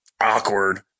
Awkward